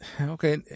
okay